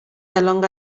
الآن